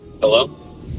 Hello